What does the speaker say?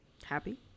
happy